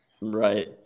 Right